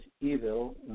evil